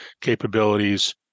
capabilities